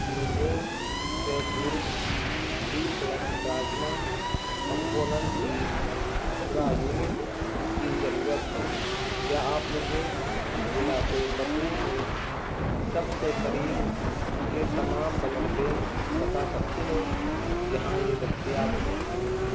مجھے کیرپور B plus plasma component کی اٹھرہ یونٹ کی ضرورت ہے کیا آپ مجھے ضلع کوئمبتور میں سب سے قریب کے تمام بلڈ بینک بتا سکتے ہو جہاں یہ دستیاب ہو